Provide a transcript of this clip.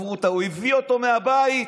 הוא הביא אותו מהבית,